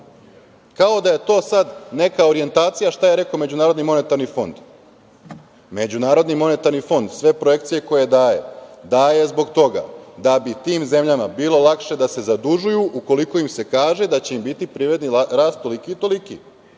kao da je to sad neka orijentacija šta je rekao MMF.Međunarodni monetarni fond sve projekcije koje daje, daje zbog toga da bi tim zemljama bilo lakše da se zadužuju ukoliko im se kaže da će im biti privredni rast toliki i toliki.